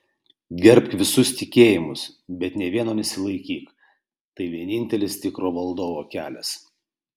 gerbk visus tikėjimus bet nė vieno nesilaikyk tai vienintelis tikro valdovo kelias